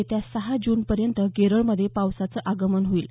येत्या सहा जूनपर्यंत केरळमध्ये पावसाचं आगमन होईल